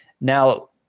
Now